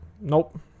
Nope